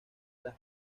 las